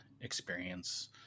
experience